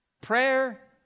prayer